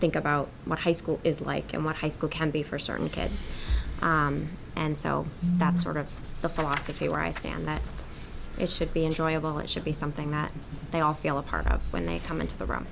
think about my high school is like and what high school can be for certain kids and so that's sort of the philosophy where i stand that it should be enjoyable it should be something that they all feel a part of when they come into the room